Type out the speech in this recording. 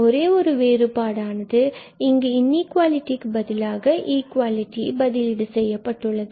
ஒரே ஒரு வேறுபாடானது இங்கு இன்இகுவாலிடீக்கு பதிலாக இக்குவாலிடி ஆனது பதிலீடு செய்யப்பட்டுள்ளது